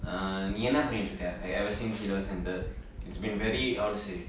uh நீ என்ன பன்னிக்கிட்டிருக்க:nee enna pannikittiruka like ever since A levels ended it's been very like how to say